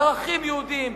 ערכים יהודיים,